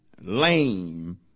lame